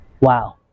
Wow